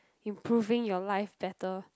improving your life better